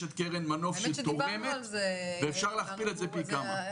יש את קרן מנוף שתורמת ואפשר להכפיל את זה פי כמה.